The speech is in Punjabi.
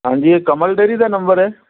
ਹਾਂਜੀ ਇਹ ਕਮਲ ਡੇਰੀ ਦਾ ਨੰਬਰ ਹੈ